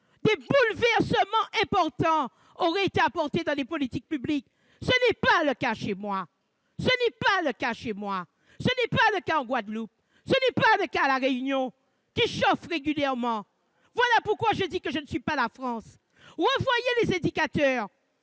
des bouleversements importants auraient été engagés dans les politiques publiques. Ce n'est pas le cas chez moi ! Ce n'est pas le cas en Guadeloupe ! Ce n'est pas le cas à La Réunion, qui chauffe régulièrement ! Voilà pourquoi je dis que je ne suis pas la France ! C'est scandaleux